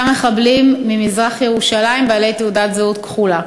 מחבלים ממזרח-ירושלים בעלי תעודת זהות כחולה.